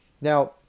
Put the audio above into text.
Now